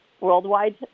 worldwide